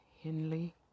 Henley